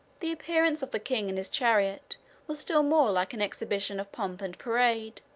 the appearance of the king in his chariot was still more like an exhibition of pomp and parade.